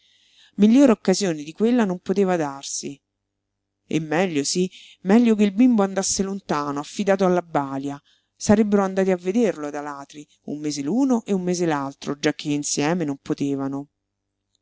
migliore occasione di quella non poteva darsi e meglio sí meglio che il bimbo andasse lontano affidato alla balia sarebbero andati a vederlo ad alatri un mese l'uno e un mese l'altro giacché insieme non potevano